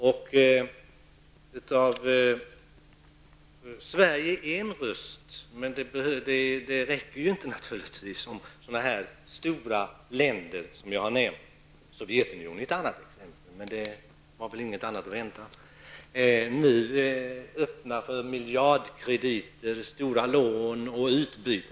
Sverige har visserligen en röst, men det är inte tillräckligt när nu så stora länder -- Sovjetunionen är ett annat exempel och det var väl ingenting annat att vänta -- är öppna för miljardkrediter, stora lån och handelsutbyte.